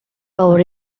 tower